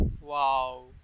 Wow